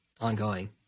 ongoing